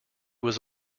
was